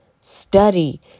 study